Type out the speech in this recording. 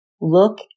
Look